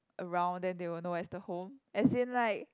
around then they will know where is the home as in like